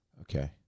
Okay